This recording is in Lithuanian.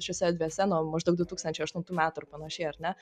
šiose erdvėse nuo maždaug du tūkstančiai aštuntų metų ir panašiai ar ne